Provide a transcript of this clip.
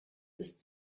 ist